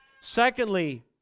Secondly